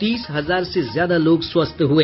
तीस हजार से ज्यादा लोग स्वस्थ हुए